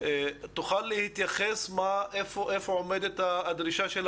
תוכל להתייחס איפה עומדת הדרישה של